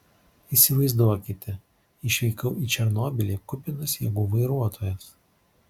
įsivaizduokite išvykau į černobylį kupinas jėgų vairuotojas